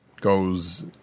goes